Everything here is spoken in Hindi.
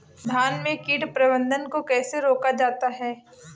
धान में कीट प्रबंधन को कैसे रोका जाता है?